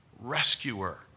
rescuer